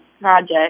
project